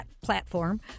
platform